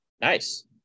Nice